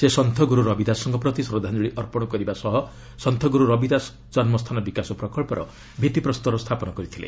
ସେ ସନ୍ଥ ଗୁରୁ ରବି ଦାସଙ୍କ ପ୍ରତି ଶ୍ରଦ୍ଧାଞ୍ଜଳି ଅର୍ପଣ କରିବା ସହ ସନ୍ଥ ଗୁରୁ ରବି ଦାସ ଜନ୍ମ ସ୍ଥାନ ବିକାଶ ପ୍ରକଳ୍ପର ଭିଭିପ୍ରସ୍ତର ସ୍ଥାପନ କରିଥିଲେ